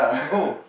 oh